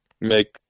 make